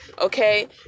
okay